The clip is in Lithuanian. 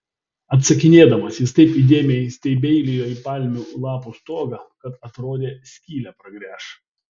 atsakinėdamas jis taip įdėmiai stebeilijo į palmių lapų stogą kad atrodė skylę pragręš